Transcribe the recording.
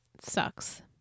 Sucks